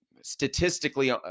statistically